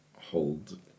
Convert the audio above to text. hold